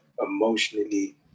emotionally